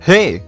Hey